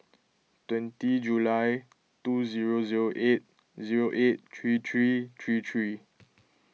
twenty July two zero zero eight zero eight three three three three